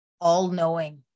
all-knowing